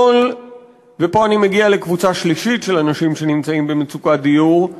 ופה אני מגיע לקבוצה שלישית של אנשים שנמצאים במצוקת דיור.